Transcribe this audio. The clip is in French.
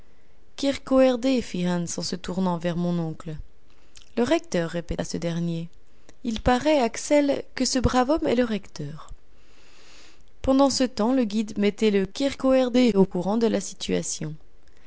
en se retournant vers mon oncle le recteur répéta ce dernier il paraît axel que ce brave homme est le recteur pendant ce temps le guide mettait le kyrkoherde au courant de la situation